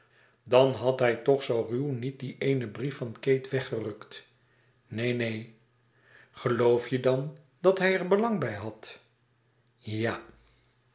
dan had hij toch zoo ruw niet dien eenen brief van kate weggerukt neen neen geloof je dan dat hij er belang bij had ja